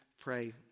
pray